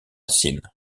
sin